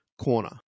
corner